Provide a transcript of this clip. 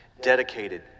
dedicated